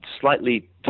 slightly